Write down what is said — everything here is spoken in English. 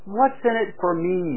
what's-in-it-for-me